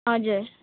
हजुर